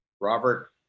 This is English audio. Robert